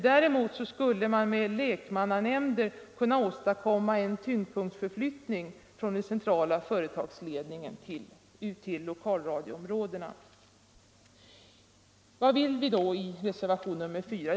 Däremot skulle man med lekmannanämnder kunna åstadkomma en tyngdpunktsförflyttning från den centrala företagsledningen till lokalradioområdena. Vad vill vi då i reservationen nr 4?